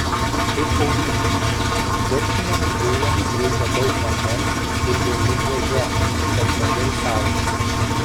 kaip auginti daržiniams builiams reikia daug vandens ir derlingos žemės bet mažiau saulės